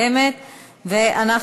שהיא ועדת הכספים.